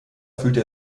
fühlte